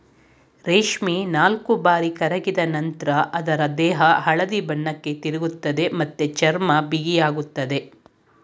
ರೇಷ್ಮೆ ನಾಲ್ಕುಬಾರಿ ಕರಗಿದ ನಂತ್ರ ಅದ್ರ ದೇಹ ಹಳದಿ ಬಣ್ಣಕ್ಕೆ ತಿರುಗ್ತದೆ ಮತ್ತೆ ಚರ್ಮ ಬಿಗಿಯಾಗ್ತದೆ